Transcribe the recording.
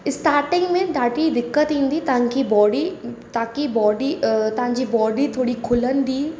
starting में ॾाढी दिक़त ईंदी तांकी बॉडी ताकी बॉडी तव्हांजी बॉडी थोरी खुलंदी